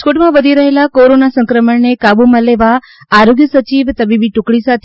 રાજકોટમાં વધી રહેલા કોરોના સંક્રમણને કાબૂમાં લેવા આરોગ્ય સચિવ તબીબી ટુકડી સાથે